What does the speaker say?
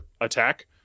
attack